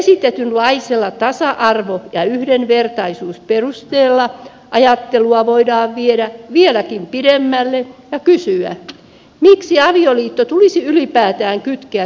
nyt esitetyn laisella tasa arvo ja yhdenvertaisuusperusteella ajattelua voidaan viedä vieläkin pidemmälle ja kysyä miksi avioliitto tulisi ylipäätään kytkeä seksuaalisuuteen